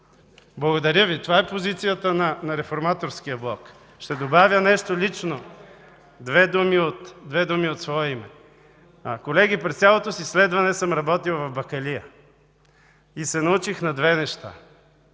на кризата. Това е позицията на Реформаторския блок. Благодаря Ви. Ще добавя нещо лично, две думи от свое име. Колеги, през цялото си следване съм работил в бакалия и се научих на две неща.